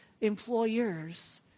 employers